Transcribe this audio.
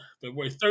February